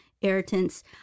irritants